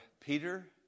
Peter